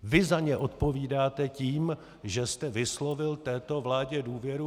Vy za ně odpovídáte tím, že jste vyslovil této vládě důvěru.